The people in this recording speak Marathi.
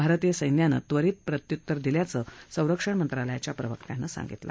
भारतीय सैन्यानं त्वरीत प्रतिउत्तर दिल्याचं संरक्षण मंत्राल्याच्या प्रवक्त्यानं सांगितलं